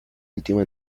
última